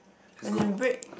let's go